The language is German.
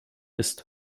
ist